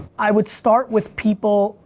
i would start with people,